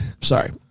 sorry